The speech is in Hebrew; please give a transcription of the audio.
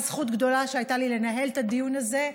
זכות גדולה הייתה לי לנהל את הדיון הזה,